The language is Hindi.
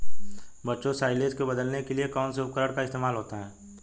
बच्चों साइलेज को बदलने के लिए कौन से उपकरण का इस्तेमाल होता है?